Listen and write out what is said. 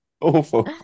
Awful